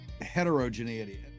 heterogeneity